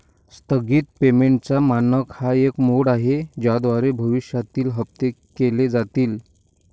स्थगित पेमेंटचा मानक हा एक मोड आहे ज्याद्वारे भविष्यातील हप्ते केले जातील